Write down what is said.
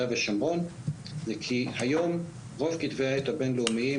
ושומרון זה כי היום רוב כתבי העת הבין לאומיים,